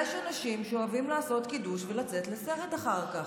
יש אנשים שאוהבים לעשות קידוש ולצאת לסרט אחר כך.